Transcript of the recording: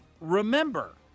remember